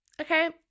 Okay